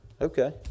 Okay